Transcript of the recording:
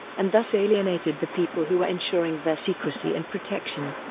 and thus alienated the people who were ensuring their secrecy and protection.